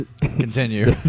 Continue